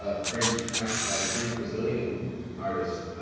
ah french ah french brazilian artist